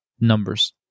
numbers